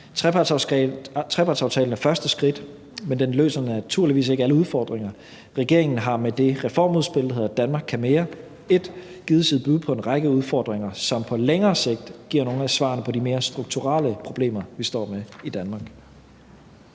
Trepartsaftalen er første skridt, men den løser naturligvis ikke alle udfordringer. Regeringen har med det reformudspil, der hedder »Danmark kan mere I«, givet sit bud på en række udfordringer, som på længere sigt giver nogle af svarene på de mere strukturelle problemer, vi står med i Danmark.